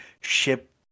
ship